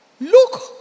look